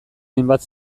hainbat